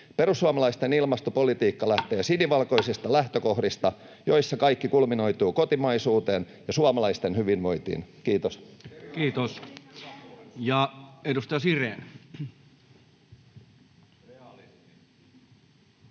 Perussuomalaisten ilmastopolitiikka lähtee sinivalkoisista lähtökohdista, joissa kaikki kulminoituu kotimaisuuteen ja suomalaisten hyvinvointiin. — Kiitos. [Speech